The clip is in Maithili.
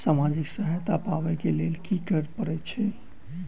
सामाजिक सहायता पाबै केँ लेल की करऽ पड़तै छी?